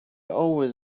always